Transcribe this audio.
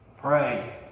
Pray